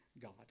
God